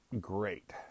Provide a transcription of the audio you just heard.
great